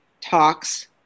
talks